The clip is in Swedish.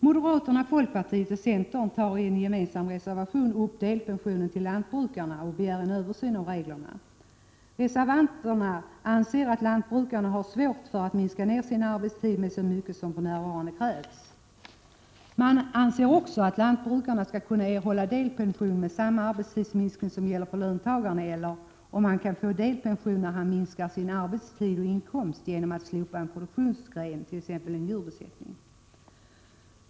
Moderaterna, folkpartiet och centern tar i en gemensam reservation upp delpensionen till lantbrukarna och begär en översyn av reglerna. Reservanterna anser att lantbrukarna har svårt att minska sin arbetstid så mycket som för närvarande krävs. Man anser också att lantbrukarna skall kunna erhålla delpension med samma arbetstidsminskning som gäller för löntagarna, eller att de kan få delpension när de minskar sin arbetstid och inkomst genom att slopa en produktionsenhet, t.ex. en djurbesättning.